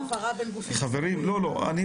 אז יש